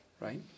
right